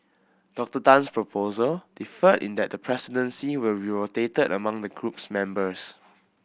Doctor Tan's proposal differed in that the presidency will be rotated among the group's members